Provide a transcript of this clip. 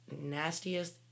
nastiest